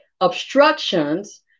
obstructions